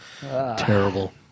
Terrible